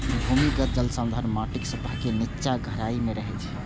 भूमिगत जल संसाधन माटिक सतह के निच्चा गहराइ मे रहै छै